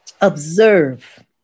observe